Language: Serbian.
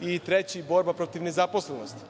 i treći je borba protiv nezaposlenosti.